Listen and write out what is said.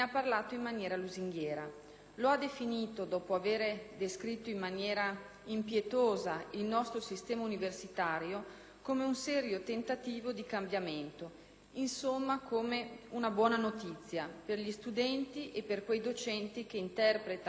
Lo ha definito, dopo aver descritto in maniera impietosa il nostro sistema universitario, come un serio tentativo di cambiamento, insomma come una buona notizia per gli studenti e per quei docenti che interpretano l'insegnamento accademico